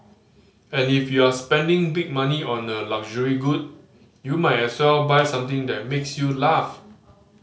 and if you're spending big money on a luxury good you might as well buy something that makes you laugh